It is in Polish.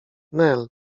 nel